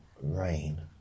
rain